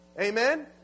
Amen